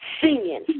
singing